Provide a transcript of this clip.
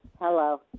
Hello